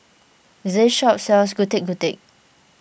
this shop sells Getuk Getuk